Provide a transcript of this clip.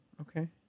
Okay